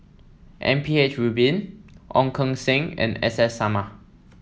M P H Rubin Ong Keng Sen and S S Sarma